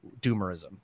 doomerism